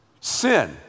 Sin